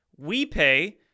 WePay